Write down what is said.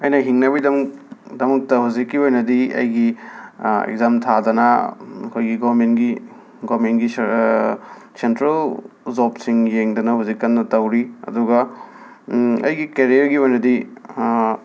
ꯑꯩꯅ ꯍꯤꯡꯅꯕꯩꯗꯃꯛ ꯗꯃꯛꯇ ꯍꯧꯖꯤꯛꯀꯤ ꯑꯣꯏꯅꯗꯤ ꯑꯩꯒꯤ ꯑꯦꯛꯖꯥꯝ ꯊꯥꯗꯅ ꯑꯩꯈꯣꯏꯒꯤ ꯒꯣꯔꯃꯦꯟꯒꯤ ꯒꯣꯔꯃꯦꯟꯒꯤ ꯁ ꯁꯦꯟꯇ꯭ꯔꯦꯜ ꯖꯣꯞꯁꯤꯡ ꯌꯦꯡꯗꯅ ꯍꯧꯖꯤꯛ ꯀꯟꯅ ꯇꯧꯔꯤ ꯑꯗꯨꯒ ꯑꯩꯒꯤ ꯀꯦꯔꯤꯌꯔꯒꯤ ꯑꯣꯏꯅꯗꯤ